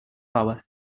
power